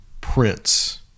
prince